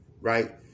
right